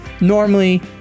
normally